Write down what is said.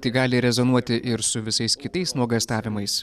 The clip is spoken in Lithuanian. tai gali rezonuoti ir su visais kitais nuogąstavimais